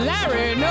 Larry